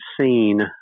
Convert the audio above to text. seen